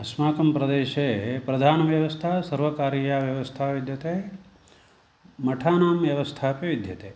अस्माकं प्रदेशे प्रधानव्यवस्था सर्वकारीयव्यवस्था विद्यते मठानां व्यवस्थापि विद्यते